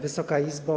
Wysoka Izbo!